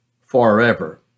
forever